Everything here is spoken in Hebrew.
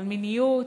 על מיניות,